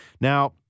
Now